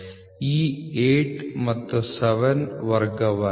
ಈ 8 ಮತ್ತು 7 ವರ್ಗವಾಗಿದೆ